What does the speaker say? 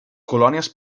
colònies